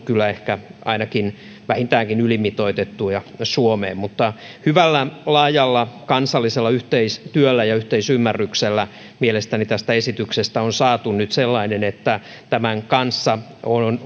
kyllä ehkä vähintäänkin ylimitoitettuja suomeen mutta hyvällä laajalla kansallisella yhteistyöllä ja yhteisymmärryksellä tästä esityksestä on mielestäni saatu nyt sellainen että tämän kanssa